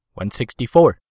164